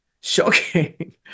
shocking